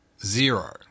Zero